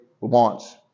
wants